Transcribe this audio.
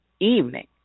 evening